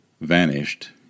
vanished